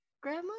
grandma